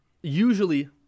usually